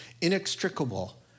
inextricable